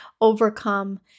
overcome